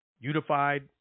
unified